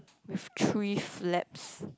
with three flaps